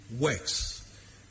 works